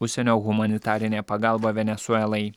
užsienio humanitarinė pagalba venesuelai